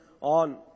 on